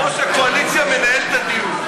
יושב-ראש הקואליציה מנהל את הדיון.